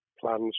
plans